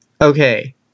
okay